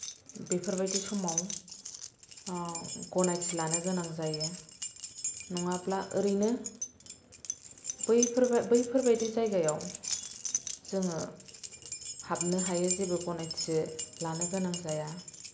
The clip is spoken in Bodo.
बेफोरबायदि समाव गनायथि लानो गोनां जायो नङाब्ला ओरैनो बैफोरबो बैफोर बायदि जायगायाव जोङो हाबनो हायो जेबो गनायथि लानो गोनां जाया